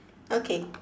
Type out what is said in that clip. okay